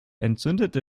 entzündete